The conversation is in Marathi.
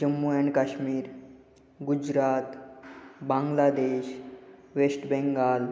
Jammu and Kashmir Gujarat Bangladesh West Bengal